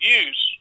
use